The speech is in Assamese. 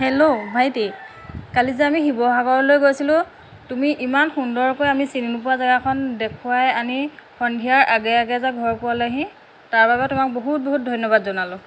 হেল্ল' ভাইটি কালি যে আমি শিৱসাগৰলৈ গৈছিলোঁ তুমি ইমান সুন্দৰকৈ আমি চিনি নোপোৱা জেগাখন দেখুৱাই আনি সন্ধিয়াৰ আগে আগে যে ঘৰ পোৱালাহি তাৰ বাবে তোমাক বহুত বহুত ধন্যবাদ জনালোঁ